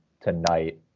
tonight